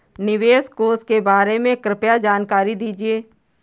निवेश कोष के बारे में कृपया जानकारी दीजिए